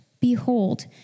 Behold